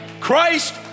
Christ